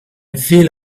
feel